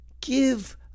Give